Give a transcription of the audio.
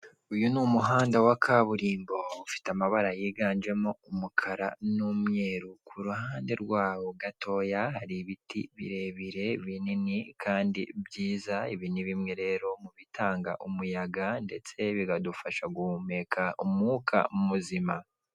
Uyu ni umuhanda wa kaburimbo ufite amabara yiganjemo umukara n'umweru kuruhande rwawo gatoya hari ibiti birebire binini kandi byiza, ibi ni bimwe rero mubitanga umuyaga ndetse bikadufasha guhumeka umwuka muzima.